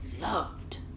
loved